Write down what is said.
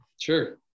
Sure